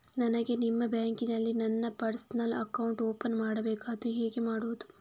ನನಗೆ ನಿಮ್ಮ ಬ್ಯಾಂಕಿನಲ್ಲಿ ನನ್ನ ಪರ್ಸನಲ್ ಅಕೌಂಟ್ ಓಪನ್ ಮಾಡಬೇಕು ಅದು ಹೇಗೆ ಮಾಡುವುದು?